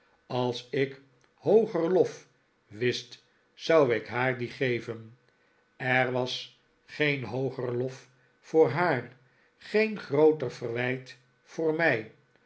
als ik hooger lof wist zou ik haar dien geven er was geen hooger lof voor haar geen grooter verwijt voor mij